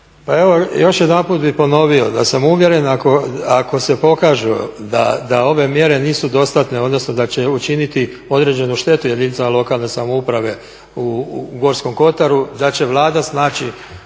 Pa evo još jedanput bih ponovio da sam uvjeren ako se pokaže da ove mjere nisu dostatne odnosno da će učiniti određenu štetu jedinicama lokalne samouprave u Gorskom kotaru da će Vlada snaći